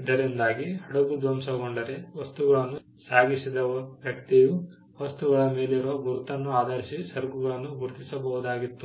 ಇದರಿಂದಾಗಿ ಹಡಗು ಧ್ವಂಸಗೊಂಡರೆ ವಸ್ತುಗಳನ್ನು ಸಾಗಿಸಿದ ವ್ಯಕ್ತಿಯು ವಸ್ತುಗಳ ಮೇಲಿರುವ ಗುರುತನ್ನು ಆಧರಿಸಿ ಸರಕುಗಳನ್ನು ಗುರುತಿಸಬಹುದುದಾಗಿತ್ತು